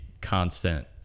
constant